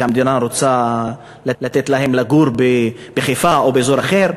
והמדינה רוצה לתת להם לגור בחיפה או באזור אחר.